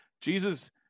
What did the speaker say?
Jesus